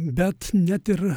bet net ir